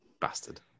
Bastard